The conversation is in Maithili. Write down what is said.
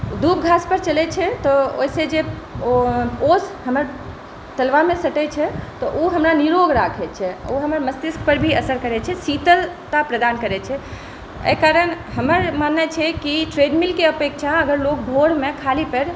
दुब घास पर चलै छै तऽ ओहिसँ जे ओस हमर तलवामे सटै छै तऽ ओ हमरा निरोग राखै छै ओ हमर मस्तिष्क पर भी असर करै छै शीतलता प्रदान करै छै एहि कारण हमर माननाइ छै कि ट्रेडमिल के अपेक्षा अगर लोग भोरमे खाली पैर